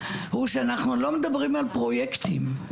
הוא שאנחנו לא מדברים על פרויקטים.